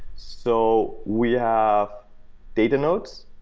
so we have data nodes.